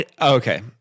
Okay